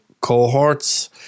cohorts